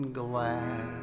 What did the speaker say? glass